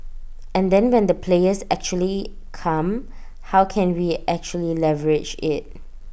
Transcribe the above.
and then when the players actually come how can we actually leverage IT